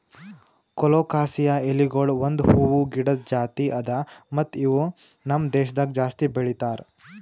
colocasia ಎಲಿಗೊಳ್ ಒಂದ್ ಹೂವು ಗಿಡದ್ ಜಾತಿ ಅದಾ ಮತ್ತ ಇವು ನಮ್ ದೇಶದಾಗ್ ಜಾಸ್ತಿ ಬೆಳೀತಾರ್